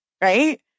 right